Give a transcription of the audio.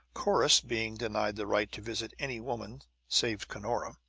corrus being denied the right to visit any woman save cunora,